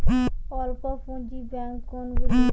অল্প পুঁজি ব্যাঙ্ক কোনগুলি?